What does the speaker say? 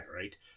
right